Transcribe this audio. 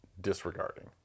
disregarding